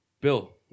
Bill